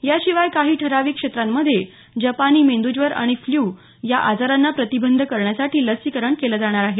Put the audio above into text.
याशिवाय काही ठराविक क्षेत्रांमध्ये जपानी मेंदज्वर आणि फ्ल्यू या आजारांना प्रतिबंध करण्यासाठी लसीकरण केलं जाणार आहे